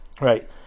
right